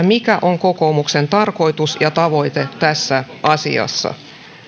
mikä on kokoomuksen tarkoitus ja tavoite tässä asiassa